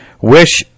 wish